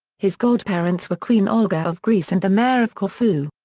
his godparents were queen olga of greece and the mayor of corfu.